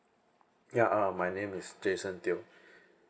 ya uh my name is jason teo